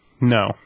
No